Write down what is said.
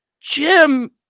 Jim